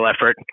effort